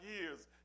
years